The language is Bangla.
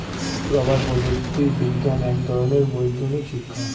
রাবার প্রযুক্তি বিজ্ঞান এক ধরনের বৈজ্ঞানিক শিক্ষা